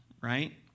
right